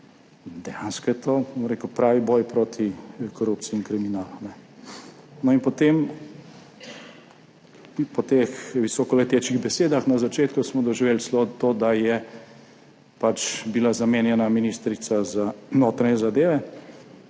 Dejansko je to pravi boj proti korupciji in kriminalu. No in potem smo po teh visokoletečih besedah na začetku doživeli celo to, da je bila zamenjana ministrica za notranje zadeve,